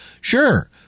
Sure